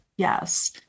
Yes